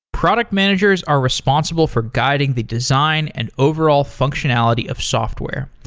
product managers are responsible for guiding the design and overall functionality of software.